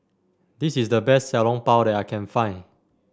this is the best Xiao Long Bao that I can find